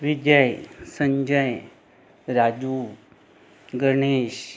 Vijay Sanjay Raju Ganesh